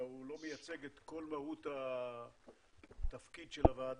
אלא הוא לא מייצג את כל מהות התפקיד של הוועדה,